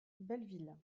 belleville